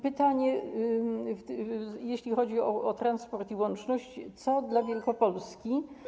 Pytanie, jeśli chodzi o transport i łączność, co dla Wielkopolski.